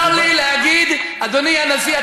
מותר לי להגיד: אדוני הנשיא,